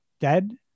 dead